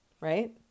right